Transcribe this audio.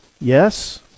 yes